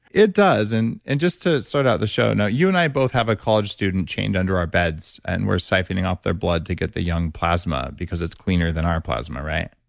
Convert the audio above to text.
it does and and just to start out the show now, you and i both have a college student chained under our beds and we're siphoning off their blood to get the young plasma because it's cleaner than our plasma right?